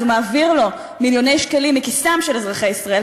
אז הוא מעביר לו מיליוני שקלים מכיסם של אזרחי ישראל,